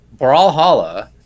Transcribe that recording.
Brawlhalla